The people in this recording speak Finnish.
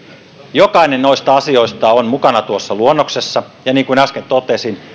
jokainen noista asioista on mukana luonnoksessa ja niin kuin äsken totesin